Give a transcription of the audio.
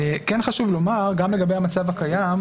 חשוב לומר גם לגבי המצב הקיים,